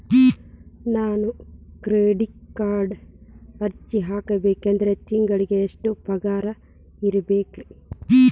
ನಾನು ಕ್ರೆಡಿಟ್ ಕಾರ್ಡ್ಗೆ ಅರ್ಜಿ ಹಾಕ್ಬೇಕಂದ್ರ ತಿಂಗಳಿಗೆ ಎಷ್ಟ ಪಗಾರ್ ಇರ್ಬೆಕ್ರಿ?